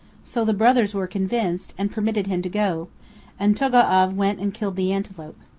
so the brothers were convinced and permitted him to go and togo'av went and killed the antelope.